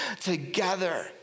together